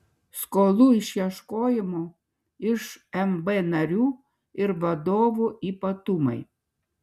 skolų išieškojimo iš mb narių ir vadovų ypatumai